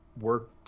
work